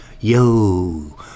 Yo